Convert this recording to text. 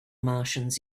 martians